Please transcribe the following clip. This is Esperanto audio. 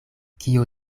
kio